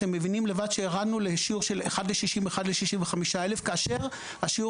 אתם מבינים לבד שירדנו לשיעור של 1:60,000-1:65,000 כאשר השיעור